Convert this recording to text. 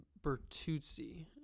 Bertuzzi